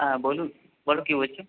হ্যাঁ বলুন বলো কী বলছো